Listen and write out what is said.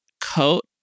coat